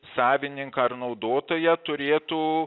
savininką ar naudotoją turėtų